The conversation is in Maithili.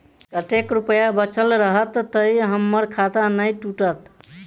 कतेक रुपया बचल रहत तऽ हम्मर खाता नै टूटत?